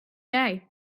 day